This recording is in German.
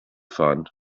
fahren